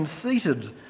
conceited